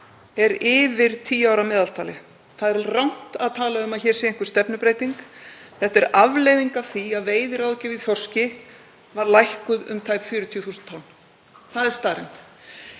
ár yfir tíu ára meðaltali. Það er rangt að tala um að hér sé einhver stefnubreyting á ferð. Þetta er afleiðing af því að veiðiráðgjöf í þorski var lækkuð um tæp 40.000 tonn. Það er staðreynd.